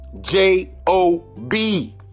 j-o-b